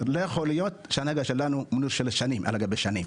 לא יכול להיות שההנהגה שלנו יהיו שם שנים על גבי שנים.